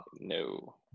no